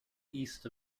east